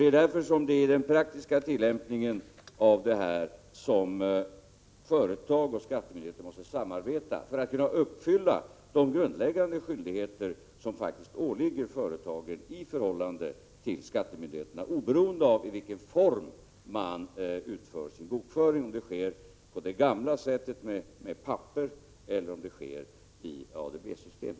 Det är därför företag och skattemyndigheter i den praktiska tillämpningen måste samarbeta, för att kunna uppfylla de grundläggande skyldigheter som faktiskt åligger företagen i förhållande till skattemyndigheterna, oberoende av i vilken form man utför sin bokföring, om det sker på det gamla sättet med papper ellerom Prot. 1987/88:43 det sker i ADB-system.